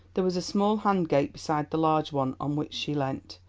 there was a small hand-gate beside the large one on which she leant.